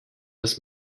dass